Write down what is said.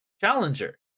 challenger